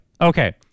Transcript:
Okay